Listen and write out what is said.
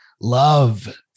love